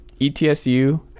ETSU